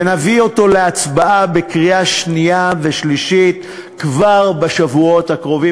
ונביא אותו להצבעה בקריאה שנייה ושלישית כבר בשבועות הקרובים,